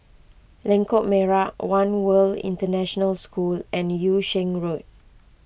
Lengkok Merak one World International School and Yung Sheng Road